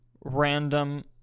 random